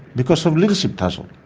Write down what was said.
because of leadership tussle.